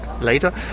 later